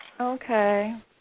Okay